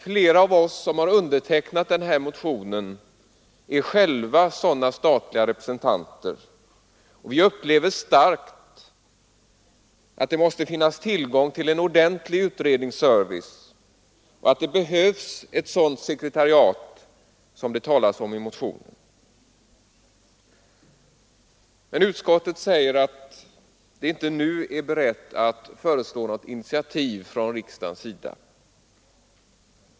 Flera av oss som har undertecknat motionen är själva statliga styrelserepresentanter, och vi upplever starkt att det måste finnas en ordentlig utredningsservice och att det behövs ett sådant sekretariat som vi talar om i motionen. Men utskottet säger att det inte nu är berett att föreslå något initiativ från riksdagens sida.